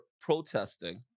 protesting